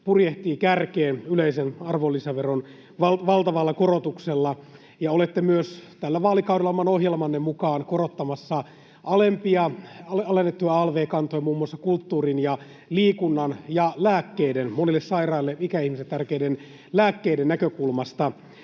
purjehtii kärkeen yleisen arvonlisäveron valtavalla korotuksella, ja olette tällä vaalikaudella oman ohjelmanne mukaan korottamassa myös alennettuja alv-kantoja muun muassa kulttuurin ja liikunnan ja monille sairaille ikäihmisille tärkeiden lääkkeiden näkökulmasta.